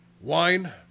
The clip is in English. wine